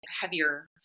heavier